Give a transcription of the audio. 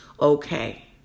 okay